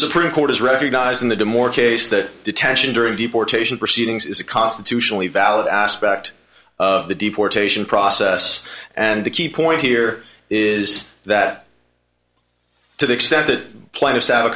supreme court is recognizing the do more case that detention during deportation proceedings is a constitutionally valid aspect of the deportation process and the key point here is that to the extent that plan is out